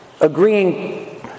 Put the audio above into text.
agreeing